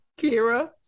Kira